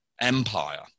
empire